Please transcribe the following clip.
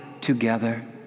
together